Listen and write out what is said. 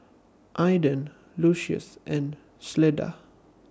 Aiden Lucious and Cleda